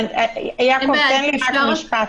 תמי,